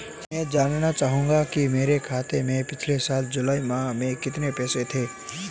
मैं जानना चाहूंगा कि मेरे खाते में पिछले साल जुलाई माह में कितने पैसे थे?